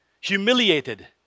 humiliated